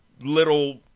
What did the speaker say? little